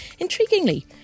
Intriguingly